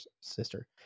sister